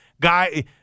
guy